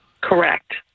Correct